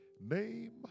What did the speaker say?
name